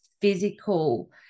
physical